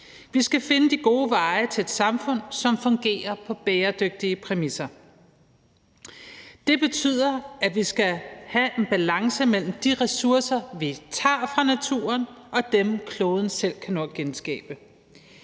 Vi skal finde de gode veje til et samfund, som fungerer på bæredygtige præmisser. Det betyder, at vi skal have en balance mellem de ressourcer, vi tager fra naturen, og dem, som kloden selv kan nå at genskabe.